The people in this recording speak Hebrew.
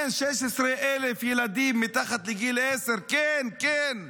כן, 16,000 ילדים מתחת לגיל עשר, כן, כן.